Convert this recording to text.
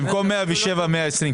במקום 107 שיהיה 120,